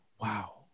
wow